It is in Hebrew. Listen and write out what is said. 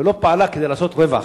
ולא פעלה כדי לעשות רווח.